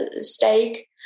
steak